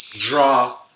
draw